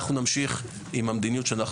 אנחנו נמשיך עם המדיניות.